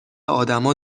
ادما